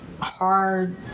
hard